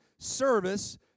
Service